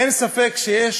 אין ספק שיש